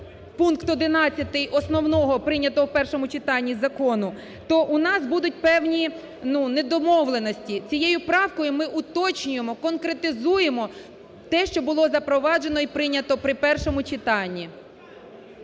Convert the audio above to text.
пункт 11 основного прийнятого в першому читанні закону, то у нас будуть певні, ну, недомовленості. Цією правкою ми уточнюємо, конкретизуємо те, що було запроваджено і прийнято при першому читанні.